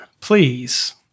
please